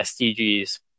SDGs